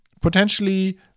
potentially